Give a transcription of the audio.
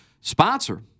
Sponsor